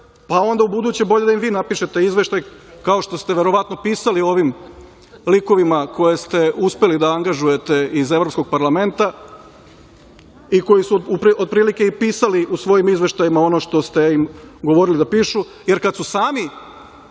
pa onda ubuduće bolje da im vi napišete izveštaj, kao što ste verovatno pisali ovim likovima koje ste uspeli da angažujete iz Evropskog parlamenta i koji su otprilike i pisali u svojim izveštajima ono što ste im govorili da pišu, jer kad su sami